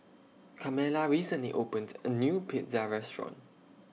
Carmella recently opened A New Pizza Restaurant